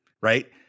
Right